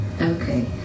Okay